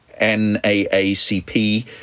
NAACP